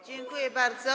Dziękuję bardzo.